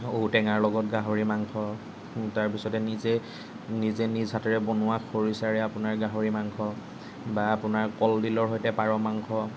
ঔটেঙাৰ লগত গাহৰি মাংস তাৰপিছতে নিজে নিজে নিজ হাতেৰে বনোৱা খৰিচাৰে আপোনাৰ গাহৰি মাংস বা আপোনাৰ কলডিলৰ সৈতে পাৰ মাংস